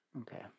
Okay